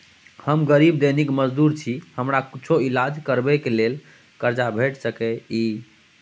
हम गरीब दैनिक मजदूर छी, हमरा कुछो ईलाज करबै के लेल कर्जा भेट सकै इ?